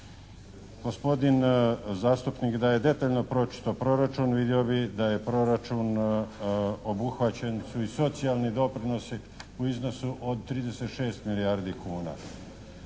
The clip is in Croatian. Gospodin zastupnik da je detaljno pročitao proračun vidio bi da je proračun, obuhvaćeni su i socijalni doprinosi u iznosu od 36 milijardi kuna.